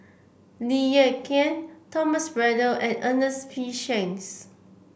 Lee Ek Tieng Thomas Braddell and Ernest P Shanks